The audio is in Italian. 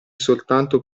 soltanto